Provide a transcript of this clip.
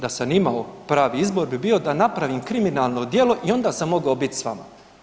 Da sam imao pravo izbor bi bio da napravim kriminalno djelo i onda sam mogao biti s vama.